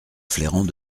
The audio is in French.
flairant